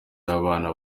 y’abana